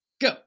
go